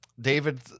David